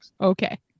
Okay